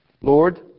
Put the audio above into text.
Lord